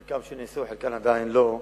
חלקם שניסו וחלקם עדיין לא,